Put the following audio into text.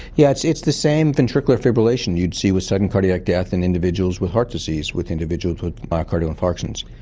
yeah it's it's the same ventricular fibrillation you'd see with sudden cardiac death in individuals with heart disease, with individuals with myocardial infarctions.